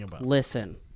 listen